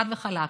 חד וחלק,